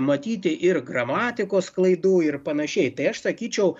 matyti ir gramatikos klaidų ir panašiai tai aš sakyčiau